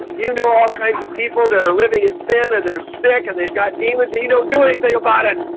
you know all kinds of people that are living in sin and they're sick and they've got demons, you you know do anything about it